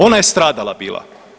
Ona je stradala bila.